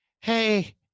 hey